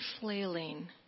flailing